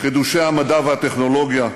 חידושי המדע והטכנולוגיה,